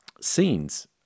scenes